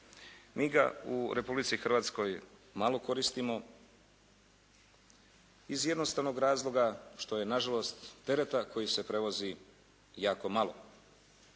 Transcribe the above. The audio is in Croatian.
mi ga u Republici Hrvatskoj malo koristimo iz jednostavnog razloga što je na žalost tereta koji se prevozi jako malo,